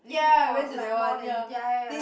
ya like more than ya ya ya